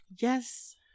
yes